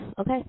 okay